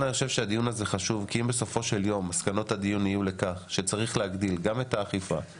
הנושא הוא ההפקרות הסביבתית בנגב,